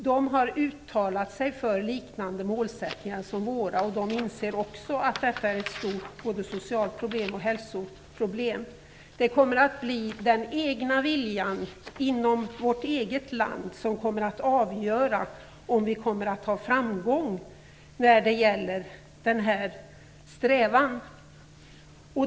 EU har uttalat sig för målsättningar liknande våra och inser att detta är ett stort problem både socialt och hälsomässigt. Det kommer att bli den egna viljan inom landet som avgör om vi når framgång när det gäller denna strävan.